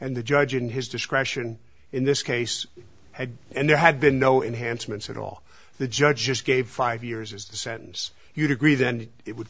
and the judge in his discretion in this case had and there had been no enhanced ment's at all the judge just gave five years is the sentence you degree then it would